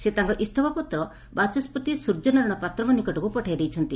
ସେ ତାଙ୍କ ଇସ୍ତଫା ପତ୍ର ବାଚସ୍ବତି ସ୍ୱର୍ଯ୍ୟ ନାରାୟଶ ପାତ୍ରଙ୍କ ନିକଟକୁ ପଠାଇ ଦେଇଛନ୍ତି